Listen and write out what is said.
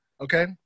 Okay